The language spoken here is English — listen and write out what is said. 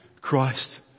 Christ